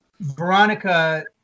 Veronica